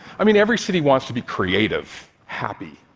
i mean, every city wants to be creative, happy,